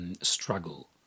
Struggle